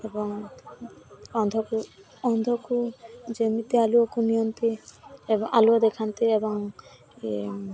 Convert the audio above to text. ଏବଂ ଅନ୍ଧକୁ ଅନ୍ଧକୁ ଯେମିତି ଆଲୁଅକୁ ନିଅନ୍ତି ଏବଂ ଆଲୁଅ ଦେଖାନ୍ତି ଏବଂ ଇଏ